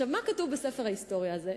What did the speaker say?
עכשיו, מה כתוב בספר ההיסטוריה הזה?